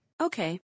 Okay